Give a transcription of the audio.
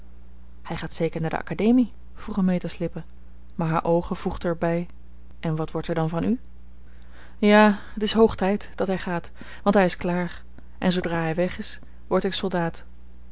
hij gaat zeker naar de academie vroegen meta's lippen maar haar oogen voegden er bij en wat wordt er dan van u ja het is hoog tijd dat hij gaat want hij is klaar en zoodra hij weg is word ik soldaat